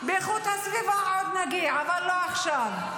לאיכות הסביבה עוד נגיע, אבל לא עכשיו.